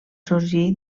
sorgir